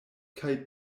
kaj